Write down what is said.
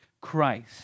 Christ